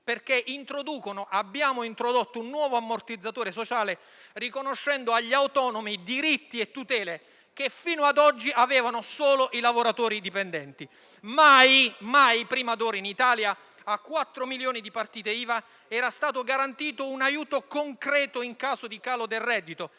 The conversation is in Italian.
perché abbiamo introdotto un nuovo ammortizzatore sociale, riconoscendo agli autonomi diritti e tutele che fino ad oggi avevano solo i lavoratori dipendenti. Mai prima d'ora in Italia a quattro milioni di partite IVA era stato garantito un aiuto concreto in caso di calo del reddito